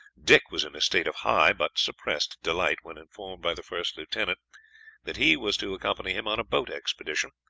dick was in a state of high but suppressed delight when informed by the first lieutenant that he was to accompany him on a boat expedition,